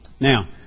Now